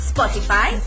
Spotify